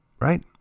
Right